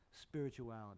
spirituality